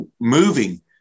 moving